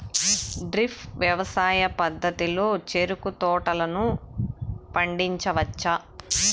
drip వ్యవసాయ పద్ధతిలో చెరుకు తోటలను పండించవచ్చా